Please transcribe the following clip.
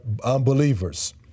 unbelievers